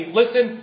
listen